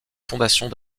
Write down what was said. fondations